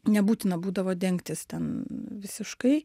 nebūtina būdavo dengtis ten visiškai